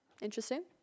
interesting